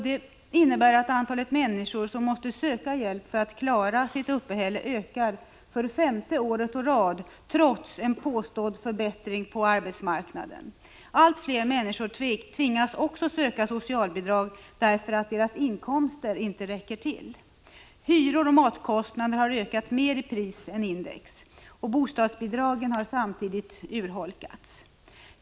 Det innebär att antalet människor som måste söka hjälp för att klara sitt uppehälle ökar för femte året i rad, trots en påstådd förbättring på arbetsmarknaden. Allt fler människor tvingas också söka socialbidrag därför att deras inkomster inte räcker till. Hyror och matkostnader har ökat mer i pris än index. Bostadsbidragen har samtidigt urholkats.